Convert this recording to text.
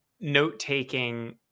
note-taking